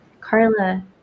Carla